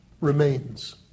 remains